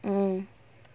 uh